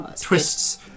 twists